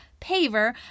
paver